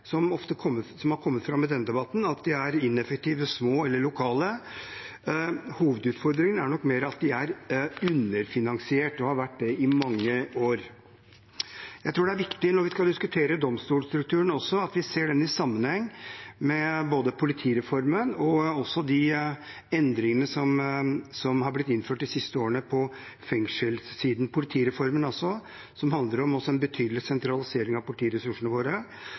som det har kommet fram i denne debatten, at de er ineffektive, små eller lokale. Hovedutfordringen er nok mer at de er underfinansiert og har vært det i mange år. Jeg tror det er viktig når vi skal diskutere domstolstrukturen, at vi også ser den i sammenheng med både politireformen og de endringene som har blitt innført de siste årene på fengselssiden – politireformen, som handler om en betydelig sentralisering av politiressursene våre,